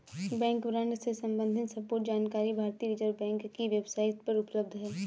bank fraud से सम्बंधित संपूर्ण जानकारी भारतीय रिज़र्व बैंक की वेब साईट पर उपलब्ध है